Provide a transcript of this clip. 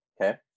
okay